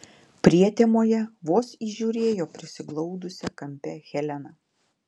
prietemoje vos įžiūrėjo prisiglaudusią kampe heleną